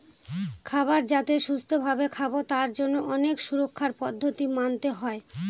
খাবার যাতে সুস্থ ভাবে খাবো তার জন্য অনেক সুরক্ষার পদ্ধতি মানতে হয়